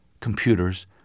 computers